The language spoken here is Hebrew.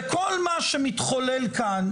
וכל מה שמתחולל כאן,